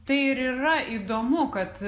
tai ir yra įdomu kad